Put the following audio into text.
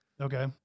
Okay